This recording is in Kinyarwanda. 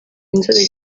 inzobe